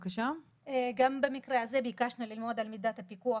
גם במקרה הזה ביקשנו ללמוד על מידת הפיקוח